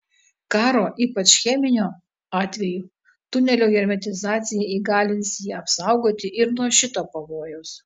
karo ypač cheminio atveju tunelio hermetizacija įgalins jį apsaugoti ir nuo šito pavojaus